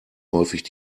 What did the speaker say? häufig